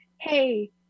hey